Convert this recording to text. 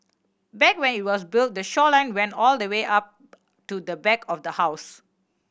back when it was built the shoreline went all the way up to the back of the house